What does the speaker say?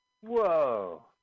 Whoa